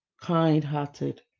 kind-hearted